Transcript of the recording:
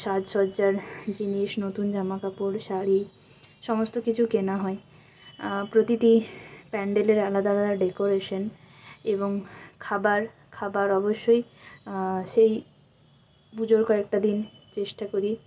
সাজসজ্জার জিনিস নতুন জামাকাপড় শাড়ি সমস্ত কিছু কেনা হয় প্রতিটি প্যান্ডেলের আলাদা আলাদা ডেকোরেশন এবং খাবার খাবার অবশ্যই সেই পুজোর কয়েকটা দিন চেষ্টা করি